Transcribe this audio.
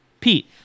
Pete